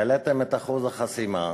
העליתם את אחוז החסימה,